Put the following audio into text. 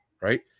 right